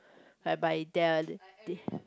whereby their they